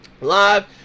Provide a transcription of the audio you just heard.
live